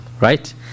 Right